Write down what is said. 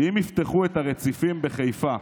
אם יפתחו את הרציפים בחיפה,